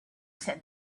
said